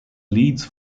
leads